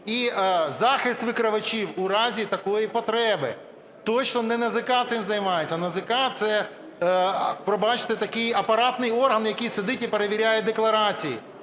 і захист викривачів у разі такої потреби. Точно не НАЗК цим займається. НАЗК – це, пробачте, такий апаратний орган, який сидить і перевіряє декларації.